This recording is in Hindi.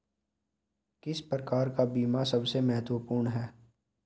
किस प्रकार का बीमा सबसे महत्वपूर्ण है?